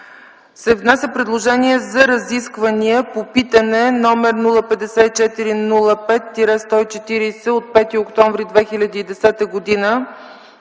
внася предложение за разисквания по питане, № 054-05-140 от 5 октомври 2010 г. на